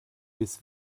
bis